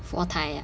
佛台啊